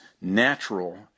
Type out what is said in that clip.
natural